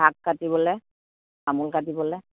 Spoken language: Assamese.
শাক কাটিবলে তামোল কাটিবলে